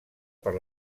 per